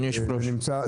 זה